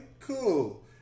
cool